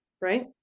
right